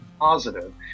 positive